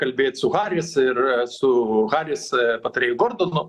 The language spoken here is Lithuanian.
kalbėt su haris ir su haris patarėju gordonu